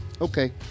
Okay